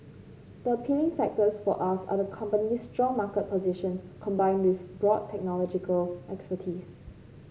the appealing factors for us are the company's strong market position combined with broad technological expertise